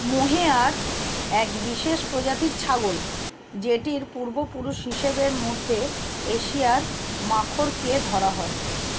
mohair এক বিশেষ প্রজাতির ছাগল যেটির পূর্বপুরুষ হিসেবে মধ্য এশিয়ার মাখরকে ধরা হয়